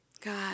God